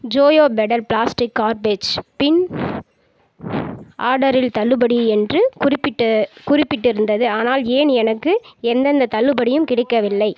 ஜோயோ pedal plastic garbage bin ஆர்டரில் தள்ளுபடி என்று குறிப்பிட்டு குறிப்பிட்டு இருந்தது ஆனால் ஏன் எனக்கு எந்தெந்த தள்ளுபடியும் கிடைக்கவில்லை